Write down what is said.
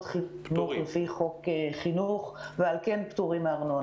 חינוך על פי חוק חינוך ועל כן פטורים מארנונה.